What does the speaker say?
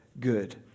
good